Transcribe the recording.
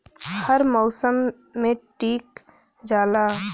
हर मउसम मे टीक जाला